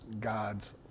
God's